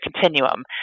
continuum